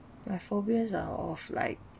my phobias are of like